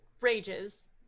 rages